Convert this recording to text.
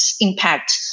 impact